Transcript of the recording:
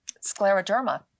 scleroderma